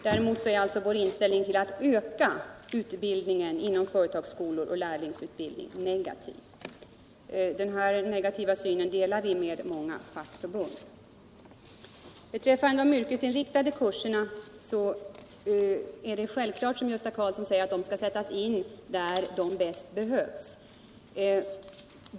Däremot är vår inställning till att öka utbildningen inom företagsskolorna och lärlingsutbildningen negativ. Denna negativa syn delar vi med många fackförbund. Beträffande de yrkesinriktade kurserna är det självfallet så som Gösta Karlsson säger, att de skall sättas in där de bäst behövs.